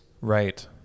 Right